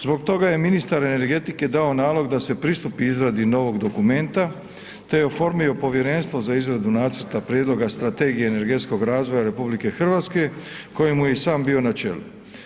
Zbog toga je ministar energetike dao nalog da se pristupi izradi novog dokumenta, te oformio Povjerenstvo za izradu nacrta prijedloga strategije energetskog razvoja RH kojemu je i sam bio na čelu.